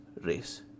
race